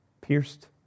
Pierced